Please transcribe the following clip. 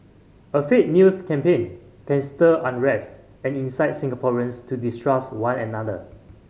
a fake news campaign can stir unrest and incite Singaporeans to distrust one another